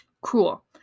cool